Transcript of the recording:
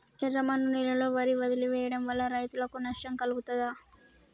ఎర్రమన్ను నేలలో వరి వదిలివేయడం వల్ల రైతులకు నష్టం కలుగుతదా?